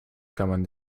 common